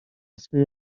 swej